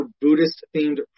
Buddhist-themed